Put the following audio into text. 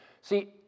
See